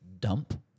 dump